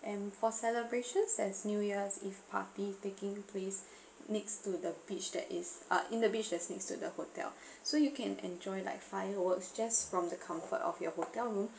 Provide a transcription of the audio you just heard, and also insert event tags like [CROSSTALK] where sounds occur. and for celebrations there's new year's eve party taking place next to the beach that is uh in the beach that is next to the hotel [BREATH] so you can enjoy like fireworks just from the comfort of your hotel room